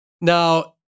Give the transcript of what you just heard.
Now